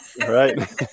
right